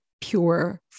pure